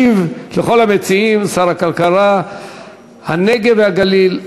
ישיב לכל המציעים שר הכלכלה והנגב והגליל,